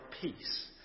peace